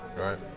Right